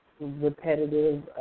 repetitive